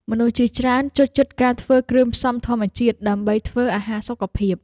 មនុស្សជាច្រើនចូលចិត្តការធ្វើគ្រឿងផ្សំធម្មជាតិដើម្បីធ្វើអាហារសុខភាព។